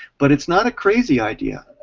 but it's not a crazy idea.